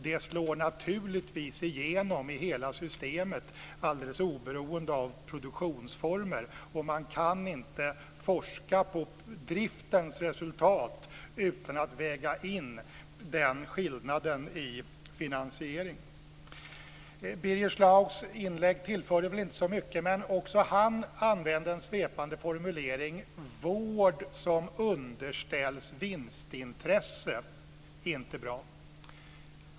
Det slår naturligtvis igenom i hela systemet alldeles oberoende av produktionsformer. Man kan inte forska på driftens resultat utan att väga in den skillnaden i finansiering. Birger Schlaugs inlägg tillförde väl inte så mycket, men också han använde en svepande formulering: Vård som underställs vinstintresse är inte bra.